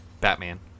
Batman